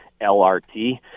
LRT